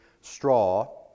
straw